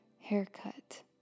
haircut